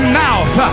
mouth